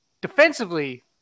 defensively